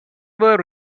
were